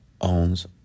owns